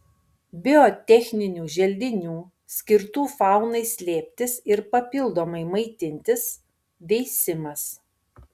biotechninių želdinių skirtų faunai slėptis ir papildomai maitintis veisimas